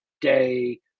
day